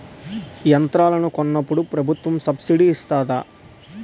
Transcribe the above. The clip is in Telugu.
యంత్రాలను కొన్నప్పుడు ప్రభుత్వం సబ్ స్సిడీ ఇస్తాధా?